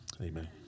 Amen